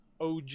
OG